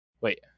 Wait